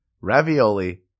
ravioli